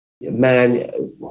man